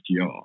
GR